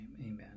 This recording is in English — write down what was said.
amen